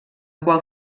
qual